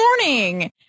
morning